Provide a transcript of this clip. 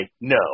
No